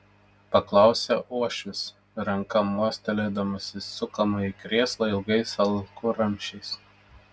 paklausė uošvis ranka mostelėdamas į sukamąjį krėslą ilgais alkūnramsčiais